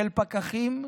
של פקחים,